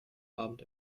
abend